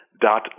dot